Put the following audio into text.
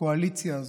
בקואליציה הזאת,